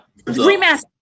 remaster